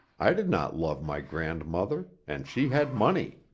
i did not love my grandmother, and she had money.